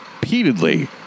repeatedly